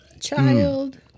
child